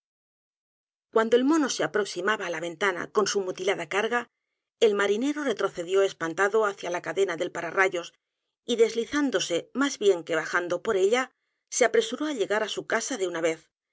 guando el mono se aproximaba á la ventana con su mutilada carga el marinero retrocedió espantado hacia la cadena del pararrayos y deslizándose más bien que bajando por ella se apresuró á llegar á su casa de una vez